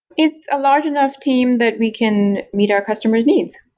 it's a large enough team that we can meet our customers' needs.